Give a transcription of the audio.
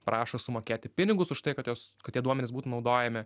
prašo sumokėti pinigus už tai kad jos kad tie duomenys būtų naudojami